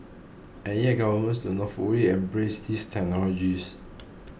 and yet governments do not fully embrace these technologies